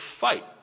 fight